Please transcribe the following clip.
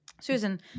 susan